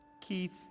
Keith